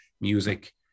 music